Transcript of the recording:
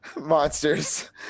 monsters